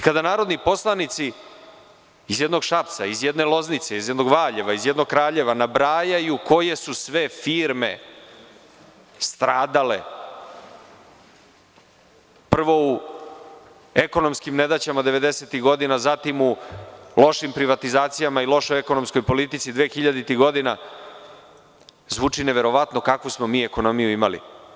Kada narodni poslanici iz jednog Šabca, iz jedne Loznice, iz jednog Valjeva, iz jednog Kraljeva nabrajaju koje su sve firme stradale, prvo u ekonomskim nedaćama 90-tih godina, zatim u lošim privatizacijama i lošoj ekonomskoj politici 2000-tih godina, zvuči neverovatno kakvu smo mi ekonomiju imali.